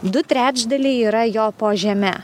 du trečdaliai yra jo po žeme